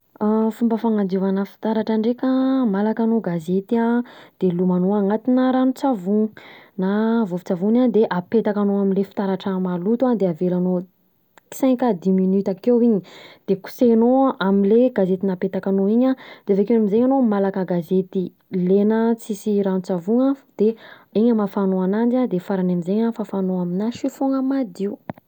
Fomba fanadiovana fitaratra ndreka malaka anao gazety an de lomanao anatina ranon-tsavony na vovo-tsavony an, de apetakanao amle fitaratra maloto de avelano cinq à dix minute akeo iny, de kosehanao amle gazety napetakanao iny an, de avekeo am'zegny anao malaka gazety lena tsisy ranon-tsavony an de iny hamafanao ananjy an de farany am'zegny an fafanao aminà chifogna madio